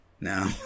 No